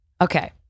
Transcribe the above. Okay